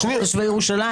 לתושבי ירושלים?